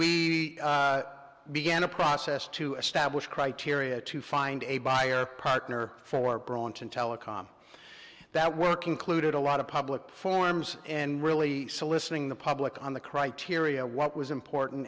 we began a process to establish criteria to find a buyer partner for bronson telecom that work including a lot of public forums and really soliciting the public on the criteria what was important